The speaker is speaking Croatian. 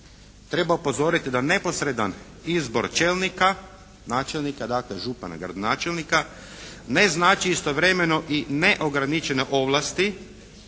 treba upozoriti da neposredan izbor čelnika, načelnika, dakle župana, gradonačelnika ne znači istovremeno i neograničene ovlasti